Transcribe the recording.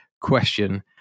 question